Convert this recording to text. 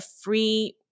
free